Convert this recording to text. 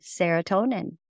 serotonin